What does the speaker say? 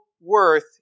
worth